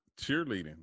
cheerleading